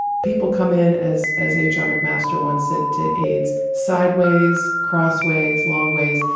people come in as as h r. mcmaster once said to aides, sideways, crossways, long ways.